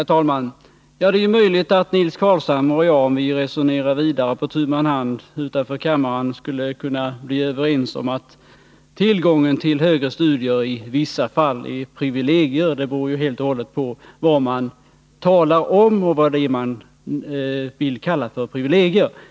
Herr talman! Det är möjligt att Nils Carlshamre och jag, om vi resonerar vidare på tu man hand utanför kammaren, skulle kunna bli överens om att tillgången till högre studier i vissa fall är ett privilegium. Det beror helt och hållet på vad man talar om och på vad man vill kalla för privilegier.